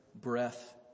breath